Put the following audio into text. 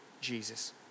Jesus